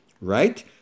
right